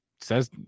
says